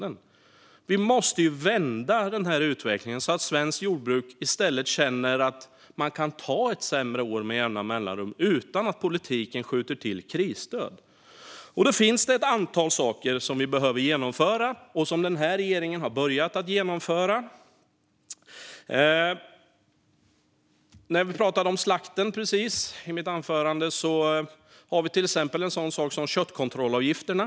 Men vi måste vända denna utveckling så att svenskt jordbruk i stället känner att man kan ta ett sämre år med jämna mellanrum utan att politiken skjuter till krisstöd. Då finns det ett antal saker som vi behöver genomföra och som denna regering har börjat att genomföra. Jag nämnde tidigare slakten, och vi har då till exempel köttkontrollavgifterna.